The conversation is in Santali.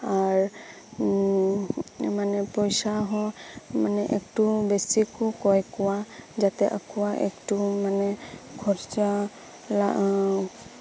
ᱟᱨ ᱯᱚᱭᱥᱟ ᱦᱚᱸ ᱢᱟᱱᱮ ᱢᱟᱱᱮ ᱮᱠᱴᱩ ᱵᱮᱥᱤ ᱠᱚ ᱠᱚᱭ ᱠᱚᱣᱟ ᱡᱟᱛᱮ ᱟᱠᱚᱣᱟᱜ ᱮᱠᱴᱩ ᱢᱟᱱᱮ ᱠᱷᱚᱨᱪᱟ